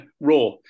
Raw